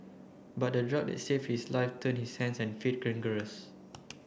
but the drug that save his life turned his hands and feet